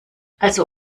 also